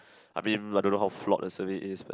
I mean I don't know how flock the service is but